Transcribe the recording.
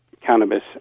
cannabis